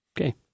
Okay